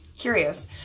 Curious